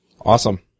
Awesome